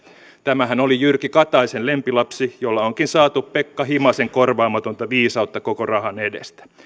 tämähän oli jyrki kataisen lempilapsi jolla onkin saatu pekka himasen korvaamatonta viisautta koko rahan edestä